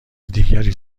دیگری